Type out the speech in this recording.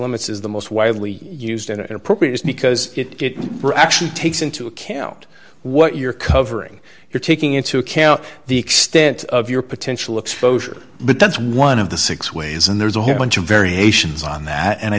limits is the most widely used and it appropriate because it actually takes into account what you're covering you're taking into account the extent of your potential exposure but that's one of the six ways and there's a hymn bunch of variations on that and i